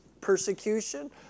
persecution